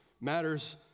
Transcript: matters